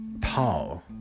Paul